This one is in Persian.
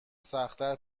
سختتر